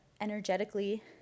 energetically